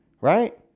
right